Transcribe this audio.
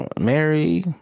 Mary